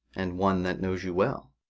and one that knows you well.